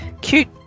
Cute